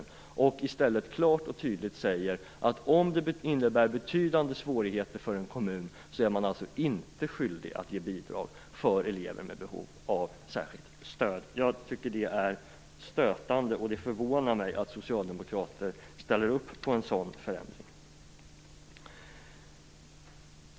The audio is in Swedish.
Nu säger man i stället klart och tydligt att om det innebär betydande svårigheter för en kommun är den inte skyldig att ge bidrag för elever med behov av särskilt stöd. Jag tycker det är stötande, och det förvånar mig att socialdemokrater ställer upp på en sådan förändring.